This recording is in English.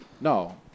No